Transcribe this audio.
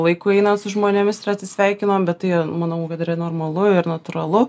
laikui einant su žmonėmis ir atsisveikinom bet tai manau kad yra normalu ir natūralu